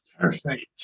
perfect